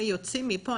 ויוצאים מפה.